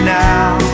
now